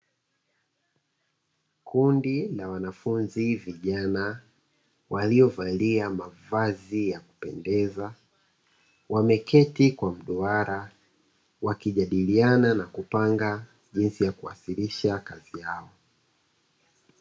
Kundi la wanafunzi vijana waliovalia mavazi ya kupendeza, wameketi kwa mduara, wakijadiliana na kupanga jinsi ya kuwasilisha kazi yao.